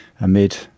amid